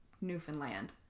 Newfoundland